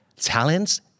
talents